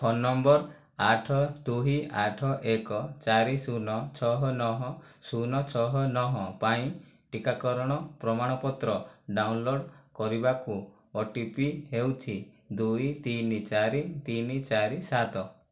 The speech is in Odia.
ଫୋନ୍ ନମ୍ବର ଆଠ ଦୁଇ ଆଠ ଏକ ଚାରି ଶୂନ ଛଅ ନଅ ଶୂନ ଛଅ ନଅ ପାଇଁ ଟିକାକରଣ ପ୍ରମାଣପତ୍ର ଡାଉନଲୋଡ଼୍ କରିବାକୁ ଓ ଟି ପି ହେଉଛି ଦୁଇ ତିନି ଚାରି ତିନି ଚାରି ସାତ